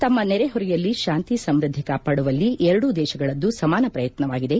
ತಮ್ಮ ನೆರೆ ಹೊರೆಯಲ್ಲಿ ಶಾಂತಿ ಸಮೃದ್ಧಿ ಕಾಪಾಡುವಲ್ಲಿ ಎರಡೂ ದೇಶಗಳದ್ದು ಸಮಾನ ಪ್ರಯತ್ನವಾಗಿದೆ